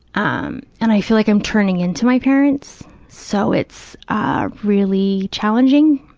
um and i feel like i'm turning into my parents. so it's ah really challenging,